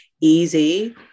easy